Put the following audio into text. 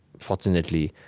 fortunately,